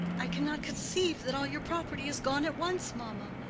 i cannot conceive that all your property is gone at once, mamma.